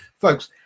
folks